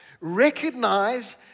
recognize